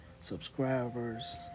subscribers